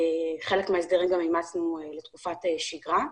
חלק מההסדרים גם אימצנו לתקופת שגרה.